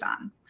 on